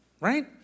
right